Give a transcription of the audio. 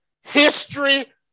History